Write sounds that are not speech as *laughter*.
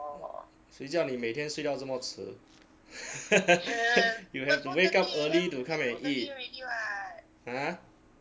谁叫你每天睡到这么迟 *laughs* you have to wake up early to come and eat !huh!